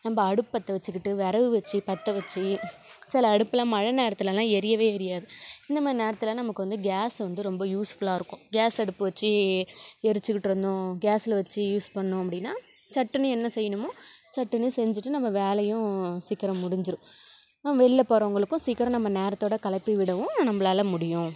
நம்ம அடுப்பு பத்த வெச்சிக்கிட்டு விறகு வெச்சி பற்ற வெச்சி சில அடுப்புலாம் மழை நேரத்திலலாம் எரியவே எரியாது இந்த மாதிரி நேரத்தில் நமக்கு வந்து கேஸ் வந்து ரொம்ப யூஸ்ஃபுல்லாக இருக்கும் கேஸ் அடுப்பு வெச்சி எரிச்சிக்கிட்டுருந்தோம் கேஸில் வெச்சி யூஸ் பண்ணோம் அப்படின்னா சட்டுன்னு என்ன செய்யணுமோ சட்டுன்னு செஞ்சுட்டு நம்ம வேலையும் சீக்கிரம் முடிஞ்சிடும் வெளில போகிறவங்களுக்கும் சீக்கிரம் நம்ம நேரத்தோடய கிளப்பிவிடவும் நம்மளால முடியும்